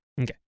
Okay